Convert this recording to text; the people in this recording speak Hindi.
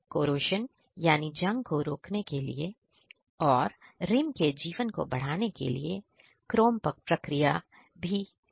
Corrosion यानी जंग को रोकने के लिए और रिम के जीवन को बढ़ाने के लिए क्रोम प्रक्रिया की जा जाती है